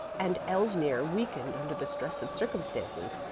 and elsmere weakened under the stress of circumstances,